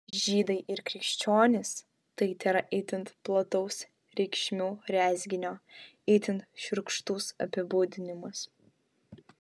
žydai ir krikščionys tai tėra itin plataus reikšmių rezginio itin šiurkštus apibūdinimas